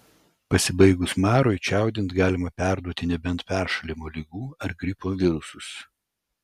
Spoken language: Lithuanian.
pasibaigus marui čiaudint galima perduoti nebent peršalimo ligų ar gripo virusus